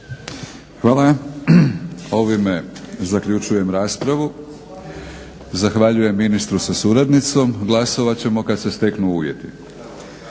Hvala. Ovime zaključujem raspravu. Zahvaljujem ministru sa suradnicom. Glasovat ćemo kad se steknu uvjeti.